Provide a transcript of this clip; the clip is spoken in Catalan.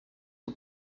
que